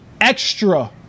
extra